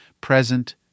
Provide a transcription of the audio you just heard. present